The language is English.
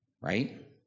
Right